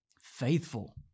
faithful